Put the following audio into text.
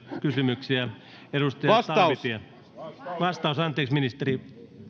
kysymyksiä anteeksi vastaus ministeri arvoisa